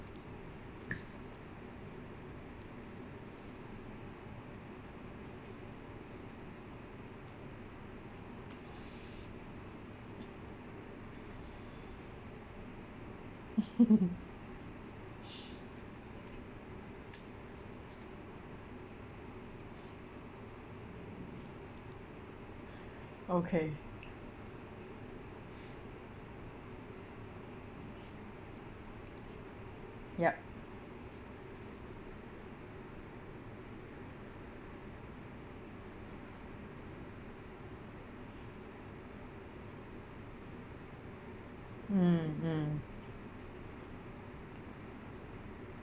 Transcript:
okay yup mm mm